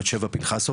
בת שבע פנחסוב,